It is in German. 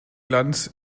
glanz